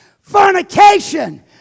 fornication